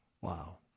Wow